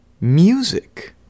music